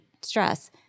stress